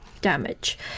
damage